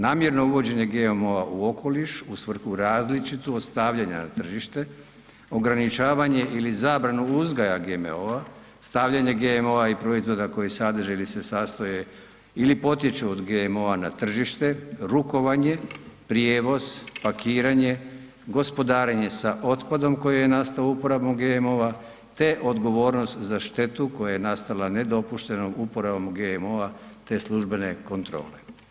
Namjerno uvođenje GMO-a u okoliš u svrhu različito ostavljanje na tržište, ograničavanje ili zabranu uzgoja GMO-a, stavljanje GMO-a i proizvoda koji sadrže ili se sastoje ili potječu od GMO-a na tržište, rukovanje, prijevoz, pakiranje, gospodarenje sa otpadom koji je nastao uporabom GMO-a, te odgovornost za štetu koja je nastala nedopuštenom uporabom GMO-a, te službene kontrole.